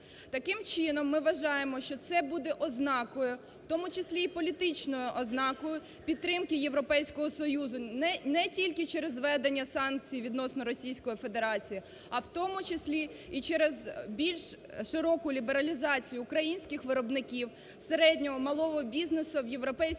Таким чином ми вважаємо, що це буде ознакою, в тому числі, і політичною ознакою підтримки Європейського Союзу не тільки через введення санкцій відносно Російської Федерації, а в тому числі і через більш широку лібералізацію українських виробників, середнього, малого бізнесу в європейські ринки.